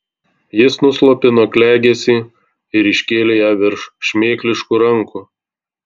jis nuslopino klegesį ir iškėlė ją virš šmėkliškų rankų